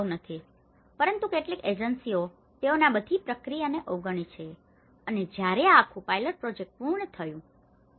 અને પરંતુ કેટલીક એજન્સીઓએ તેઓએ આ બધી પ્રક્રિયાને અવગણવી છે અને જ્યારે આ આખું પાયલોટ પ્રોજેક્ટ પૂર્ણ થઈ ગયું છે